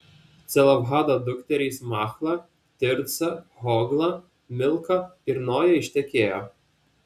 celofhado dukterys machla tirca hogla milka ir noja ištekėjo